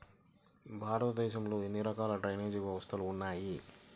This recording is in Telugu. భారతదేశంలో ఎన్ని రకాల డ్రైనేజ్ వ్యవస్థలు ఉన్నాయి?